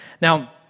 Now